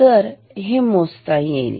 तर हे मोजता येईल